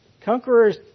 Conquerors